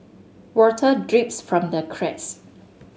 water drips from the cracks